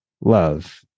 love